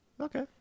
Okay